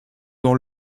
dans